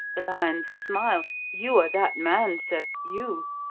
the lion's smile, you are that man, sir, you.